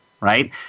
Right